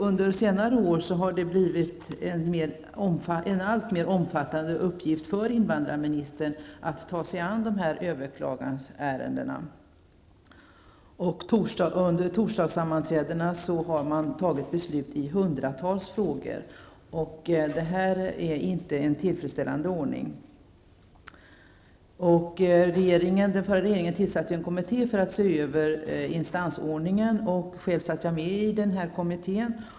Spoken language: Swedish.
Under senare år har det blivit en alltmer omfattande uppgift för invandrarministern att ta sig an dessa överklagandeärenden. Under regeringens torsdagssammanträden har beslut fattats i hundratals frågor. Detta är inte en tillfredsställande ordning. Den förra regeringen tillsatte en kommitté med uppgift att se över instansordningen. Jag satt själv med i denna kommitté.